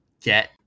get